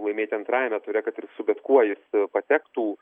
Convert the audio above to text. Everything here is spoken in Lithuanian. laimėti antrajame ture kad ir su bet kuo jis patektų